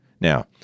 Now